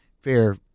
fair